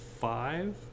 five